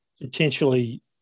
potentially